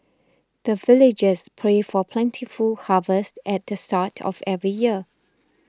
the villagers pray for plentiful harvest at the start of every year